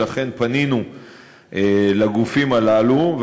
ולכן פנינו לגופים הללו,